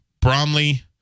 Bromley